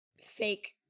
fake